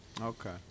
Okay